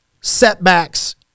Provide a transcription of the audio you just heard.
setbacks